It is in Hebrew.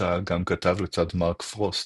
אותה גם כתב לצד מארק פרוסט,